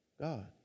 God